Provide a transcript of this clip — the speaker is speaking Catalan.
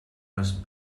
les